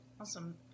Awesome